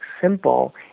simple